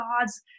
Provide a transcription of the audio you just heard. God's